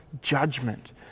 judgment